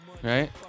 right